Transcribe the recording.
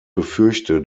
befürchte